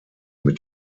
mit